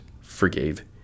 forgave